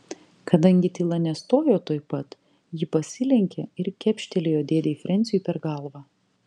kadangi tyla nestojo tuoj pat ji pasilenkė ir kepštelėjo dėdei frensiui per galvą